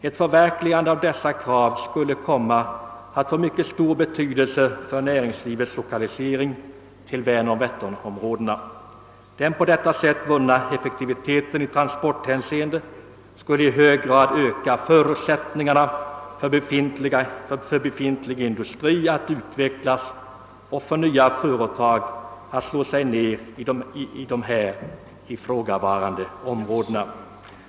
Ett förverkligande av dessa krav skulle komma att få mycket stor betydelse för näringslivets lokalisering till vänernoch vätternområdena. Den på detta sätt vunna effektiviteten i transporthänseende skulle i hög grad öka förutsättningarna för den befintliga industrins utveckling och underlätta för nya företag att slå sig ned i de ifrågavarande områdena.